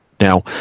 Now